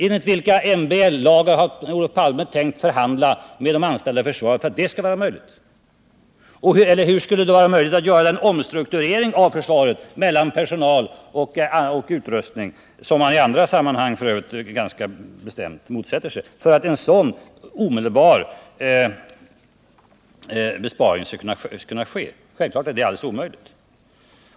Enligt vilka MBL-lagar har Olof Palme tänkt sig att förhandla med de anställda i försvaret för att göra det möjligt? Och hur skulle man genomföra en sådan omstrukturering beträffande personal och utrustning, som man f. ö. i andra sammanhang ganska bestämt motsätter sig, för att en sådan omedelbar besparing skall kunna ske? Självfallet är det alldeles omöjligt.